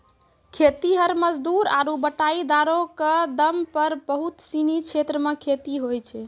खेतिहर मजदूर आरु बटाईदारो क दम पर बहुत सिनी क्षेत्रो मे खेती होय छै